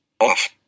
Off